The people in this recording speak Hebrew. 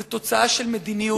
זו תוצאה של מדיניות,